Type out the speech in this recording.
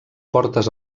portes